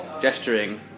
gesturing